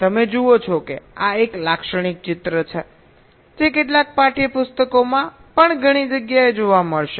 તમે જુઓ છો કે આ એક લાક્ષણિક ચિત્ર છે જે કેટલાક પાઠ્યપુસ્તકોમાં પણ ઘણી જગ્યાએ જોવા મળશે